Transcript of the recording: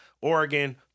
Oregon